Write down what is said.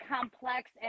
complex